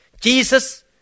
Jesus